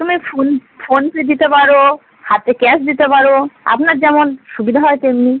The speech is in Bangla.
তুমি ফোন ফোনপে দিতে পারো হাতে ক্যাশ দিতে পারো আপনার যেমন সুবিধা হয় তেমনি